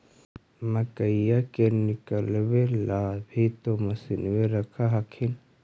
मकईया के निकलबे ला भी तो मसिनबे रख हखिन?